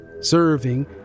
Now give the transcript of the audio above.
serving